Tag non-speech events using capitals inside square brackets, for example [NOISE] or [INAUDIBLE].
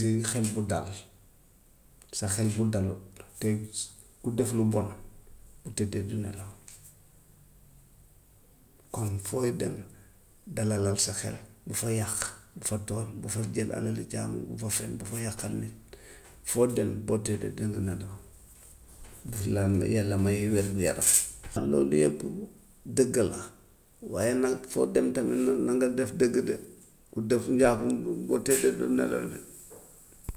Gis nga xel bu dal, sa xel bu dalut te ku def lu bon bu tëddee du nelaw, kon fooy dem dalalal sa xel bu fa yàq, bu fa tooñ, bu fa jël alalu jàmbur, bu fa fen, bu fa yàqal nit, foo dem boo tëddee danga nelaw, [NOISE] daf lay ma- yàlla maye wér-gu-yaram. [NOISE] Xam loolu yëpp dëgg la waaye nag foo dem tamit na na nga def dëgg de, ku def njaaxum boo tëddee [NOISE] doo nelaw de. [NOISE]